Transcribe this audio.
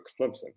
Clemson